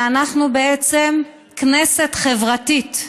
ואנחנו בעצם כנסת חברתית.